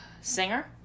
Singer